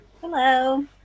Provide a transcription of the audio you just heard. Hello